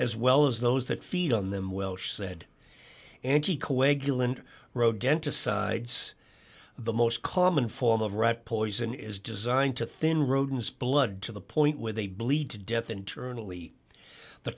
as well as those that feed on them welch said anticoagulant roh dentist sides the most common form of rat poison is designed to thin rodents blood to the point where they bleed to death internally the